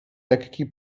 lekki